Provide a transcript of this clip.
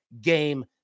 game